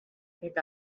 pick